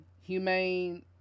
humane